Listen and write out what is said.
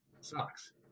sucks